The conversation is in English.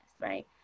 right